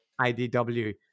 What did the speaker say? IDW